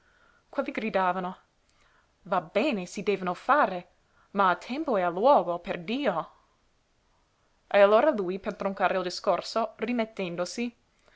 quelli gridavano va bene si devono fare ma a tempo e a luogo perdio e allora lui per troncare il discorso rimettendosi